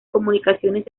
comunicaciones